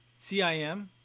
CIM